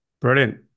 Brilliant